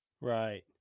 Right